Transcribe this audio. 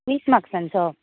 वीस मार्कसांचो